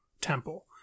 temple